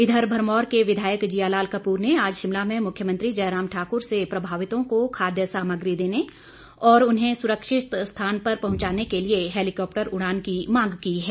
इधर भरमौर के विधायक जियालाल कपूर ने आज शिमला में मुख्यमंत्री जयराम ठाकुर से प्रभावितों को खाद्य सामग्री देने और उन्हें सुरक्षित स्थान पर पहुंचाने के लिए हैलीकॉप्टर उड़ान की मांग की है